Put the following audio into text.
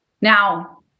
now